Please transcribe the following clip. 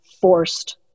forced